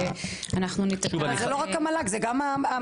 אנחנו נתקע --- זה לא רק המועצה להשכלה גבוהה,